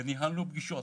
ניהלנו פגישות